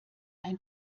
ein